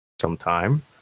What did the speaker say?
sometime